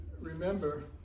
remember